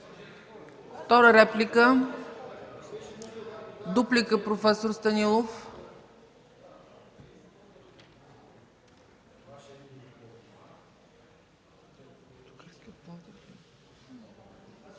Втора реплика? Дуплика – проф. Станилов.